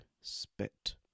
spit